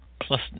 plus